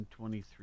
1923